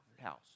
house